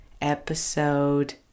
episode